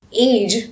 age